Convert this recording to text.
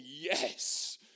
yes